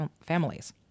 families